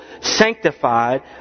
sanctified